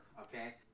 okay